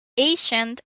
ancient